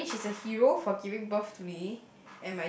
like I mean she is a hero for giving birth to me